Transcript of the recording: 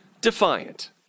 defiant